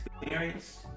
experience